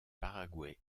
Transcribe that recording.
paraguay